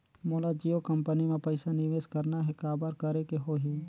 मोला जियो कंपनी मां पइसा निवेश करना हे, काबर करेके होही?